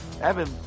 Evan